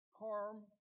harm